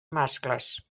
mascles